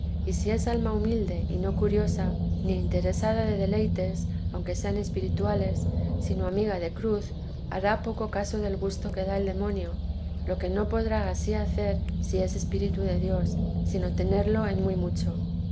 y si es alma humilde y no curiosa ni interesal de deleites aunque sean espirituales sino amiga de cruz hará poco caso del gusto que da el demonio lo que no podrá ansí hacer si es espíritu de dios sino tenerlo en muy mucho